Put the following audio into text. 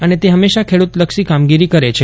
અને તે હંમેશા ખેડૂતલક્ષી કામગીરી કરે છે